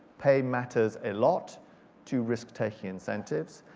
pay matters a lot to risk-taking incentives.